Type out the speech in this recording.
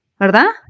¿verdad